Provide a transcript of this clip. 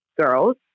girls